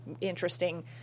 interesting